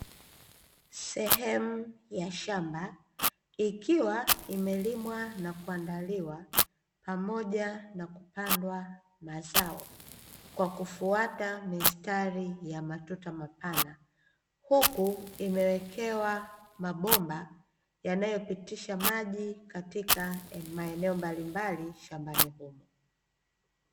Sehemu ya shamba ikiwa imelimwa na kuandaliwa pamoja na kupandwa mazao, kwa kufuata mistari ya matuta mapana, huku imewekewa mabomba yanayopitisha maji, katika maeneo mbalimbali shambani humo.